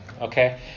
Okay